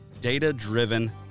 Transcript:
data-driven